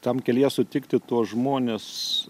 tam kelyje sutikti tuos žmones